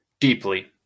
deeply